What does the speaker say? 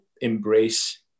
embrace